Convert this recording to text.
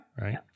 Right